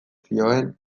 zioen